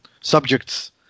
subjects